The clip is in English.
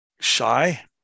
shy